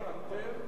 לא.